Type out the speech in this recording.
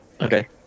Okay